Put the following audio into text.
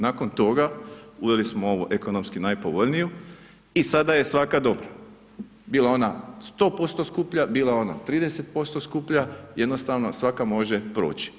Nakon toga, uveli smo ovu ekonomski najpovoljniju i sada je svaka dobra, bila ona 100% skuplja, bila ona 30% skuplja, jednostavno svaka može proći.